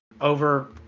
over